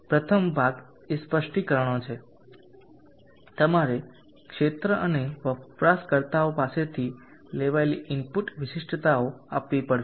પ્રથમ ભાગ એ સ્પષ્ટીકરણો છે તમારે ક્ષેત્ર અને વપરાશકર્તાઓ પાસેથી લેવાયેલી ઇનપુટ વિશિષ્ટતાઓ આપવી પડશે